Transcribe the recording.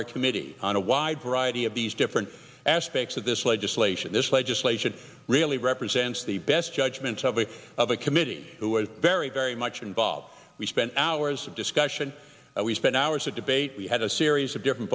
our committee on a wide variety of these different aspects of this legislation this legislation really represents the best judgments of a of a committee who was very very much involved we spent hours of discussion we spent hours a debate we had a series of different